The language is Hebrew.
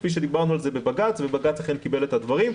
כפי שדיברנו על זה בבג"צ ובג"צ אכן קיבל את הדברים.